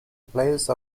place